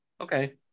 Okay